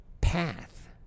path